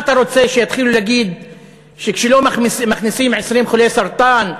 מה אתה רוצה שיתחילו להגיד כשלא מכניסים 20 חולי סרטן,